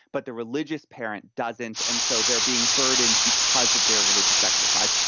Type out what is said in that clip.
but the religious parent doesn't. and so they're being burdened because of their religious exercise.